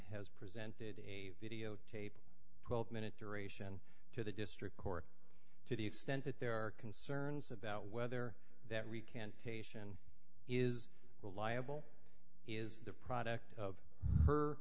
has presented a videotape twelve minute duration to the district court to the extent that there are concerns about whether that recantation is reliable is the product of her